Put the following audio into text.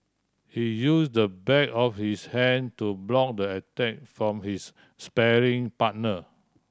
he use the back of his hand to block the attack from his sparring partner